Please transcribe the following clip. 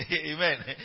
Amen